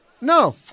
No